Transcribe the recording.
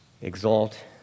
Exalt